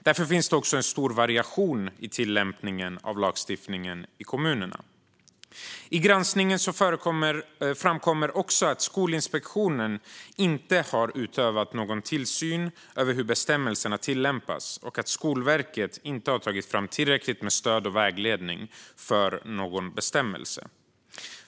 Därför finns en stor variation i tillämpningen av lagstiftningen i kommunerna. I granskningen framkommer också att Skolinspektionen inte har utövat någon tillsyn över hur bestämmelserna tillämpas och att Skolverket inte har tagit fram tillräckligt med stöd och vägledning för någon bestämmelse.